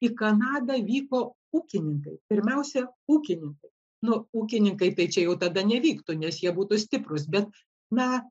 į kanadą vyko ūkininkai pirmiausia ūkininkai nu ūkininkai tai čia jau tada nevyktų nes jie būtų stiprūs bet na